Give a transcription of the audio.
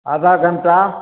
आधा घण्टा